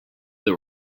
that